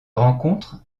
rencontre